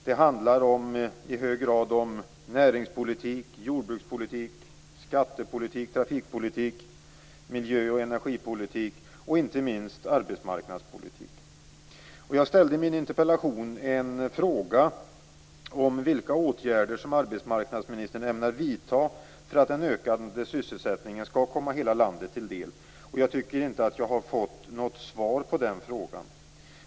Det handlar i hög grad om näringspolitik, jordbrukspolitik, skattepolitik, trafikpolitik, miljöoch energipolitik och inte minst arbetsmarknadspolitik. Jag ställde i min interpellation en fråga om vilka åtgärder som arbetsmarknadsministern ämnar vidta för att den ökande sysselsättningen skall komma hela landet till del. Jag tycker inte att jag har fått något svar på den frågan.